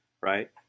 right